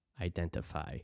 identify